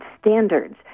Standards